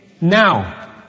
now